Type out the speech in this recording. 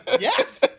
Yes